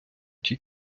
тій